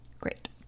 Great